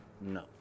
no